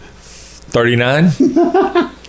thirty-nine